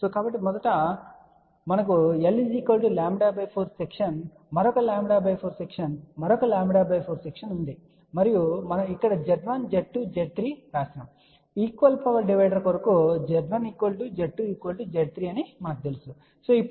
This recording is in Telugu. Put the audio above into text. కాబట్టి మనకు l λ 4 సెక్షన్ మరొక λ 4 సెక్షన్ మరొక λ 4 సెక్షన్ ఉంది మరియు మనం ఇక్కడ Z1 Z2 Z3 వ్రాసాము కాని ఈక్వల్ పవర్ డివైడర్ కొరకు Z1 Z2 Z3 అని మనకు తెలుసు